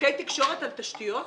בחוקי תקשורת על תשתיות?